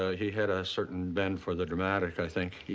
he had a certain bent for the dramatic, i think.